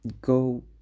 go